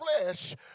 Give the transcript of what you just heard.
flesh